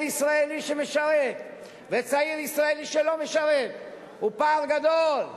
ישראלי שמשרת וצעיר ישראלי שלא משרת הוא פער גדול,